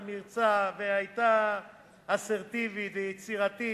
ממרצה, והיתה אסרטיבית ויצירתית,